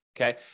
Okay